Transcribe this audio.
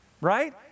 Right